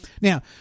Now